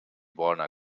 bona